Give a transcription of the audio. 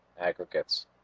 aggregates